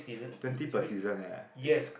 twenty per season eh